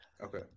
Okay